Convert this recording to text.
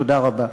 תודה רבה.